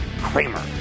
Kramer